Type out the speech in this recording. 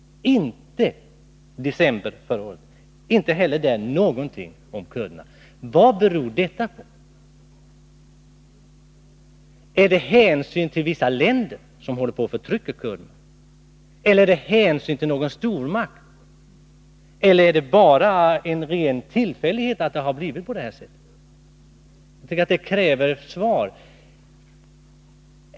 Inte heller där någonting om kurderna. Vad beror detta på? Är det hänsyn till vissa länder, som håller på och förtrycker kurderna? Eller är det hänsyn till någon stormakt? Eller är det bara en ren tillfällighet att det har blivit på det här sättet? Jag tycker att det kräver ett svar.